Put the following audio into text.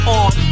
on